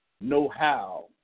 know-how